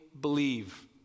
believe